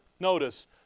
Notice